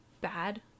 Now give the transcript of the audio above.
bad